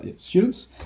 students